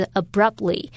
abruptly